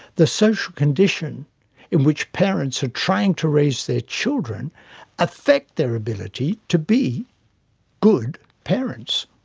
the social conditions in which parents are trying to raise their children affect their ability to be good parents.